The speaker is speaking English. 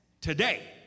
today